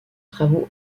travaux